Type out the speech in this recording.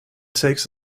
takes